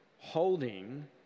holding